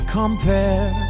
compare